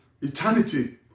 eternity